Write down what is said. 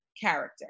character